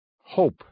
hope